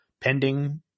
pending